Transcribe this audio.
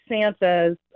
Santas